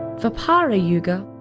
dwapara yuga,